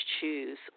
choose